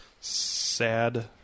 sad